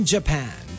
Japan